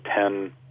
ten